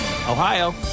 Ohio